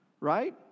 right